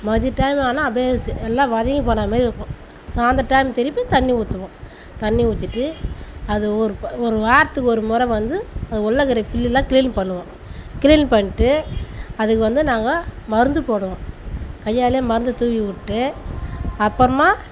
மதிய டைம் ஆனால் அப்படியே எல்லாம் வதங்கி போன மாதிரி இருக்கும் சாய்ந்த்ர டைம் திருப்பி தண்ணி ஊற்றுவோம் தண்ணி ஊத்திட்டு அது ஒரு ஒரு வாரத்துக்கு ஒருமுறை வந்து அது உள்ளருக்கிற புல்லெல்லாம் கிளீன் பண்ணுவோம் கிளீன் பண்ணிட்டு அதுக்கு வந்து நாங்கள் மருந்து போடுவோம் கையாலேயே மருந்து தூவி விட்டு அப்புறமா